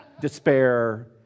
despair